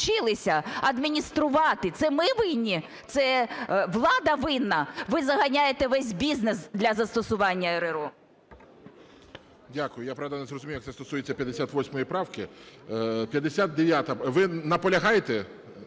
Дякую. Я, правда, не зрозумів, як це стосується 58 правки. Ви наполягаєте?